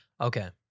Okay